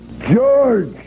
George